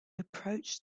approached